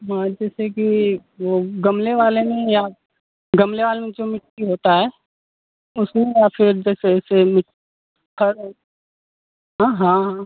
हाँ जैसे कि वह गमले वाले में या गमले वाले में जो मिट्टी होता है उसमें या फिर जैसे जैसे हाँ